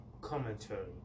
commentary